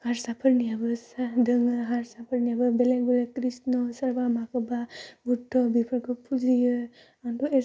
हारसाफोरनियाबो सा दोङो हारसाफोरनियाबो बेलेग बेलेग कृष्ण सोरबा माखौबा बुद्ध बिफोरखौ फुजियो आंथ' एसानेदि सोंबाय बेखिनियानो